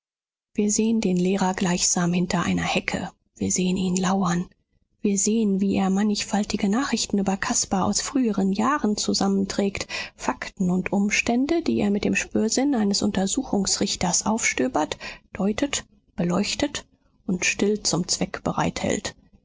wir sehen den lehrer gleichsam hinter einer hecke wir sehen ihn lauern wir sehen wie er mannigfaltige nachrichten über caspar aus früheren jahren zusammenträgt fakten und umstände die er mit dem spürsinn eines untersuchungsrichters aufstöbert deutet beleuchtet und still zum zweck bereithält